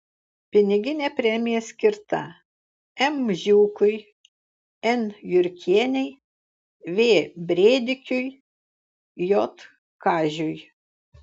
piniginė premija skirta m žiūkui n jurkienei v brėdikiui j kažiui